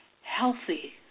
healthy